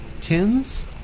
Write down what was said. Tins